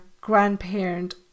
grandparent